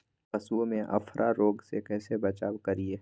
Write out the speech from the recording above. पशुओं में अफारा रोग से कैसे बचाव करिये?